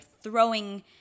throwing